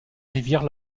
rivière